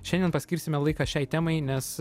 šiandien paskirsime laiką šiai temai nes